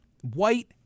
white